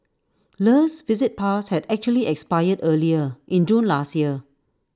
le's visit pass had actually expired earlier in June last year